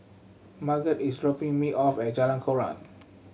Margot is dropping me off at Jalan Koran